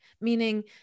meaning